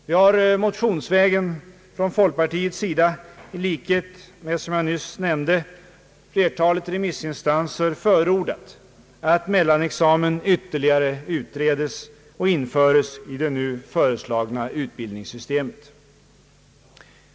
Vi har från folkpartiets sida motionsvägen förordat — i likhet med som jag nyss nämnde flertalet remissinstanser — att mellanexamen ytterligare utredes och införes i det nu föreslagna utbildningssystemet.